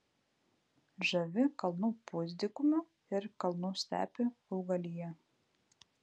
žavi kalnų pusdykumių ir kalnų stepių augalija